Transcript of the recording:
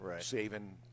saving